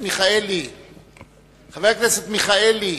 חבר הכנסת מיכאלי,